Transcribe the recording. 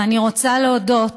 ואני רוצה להודות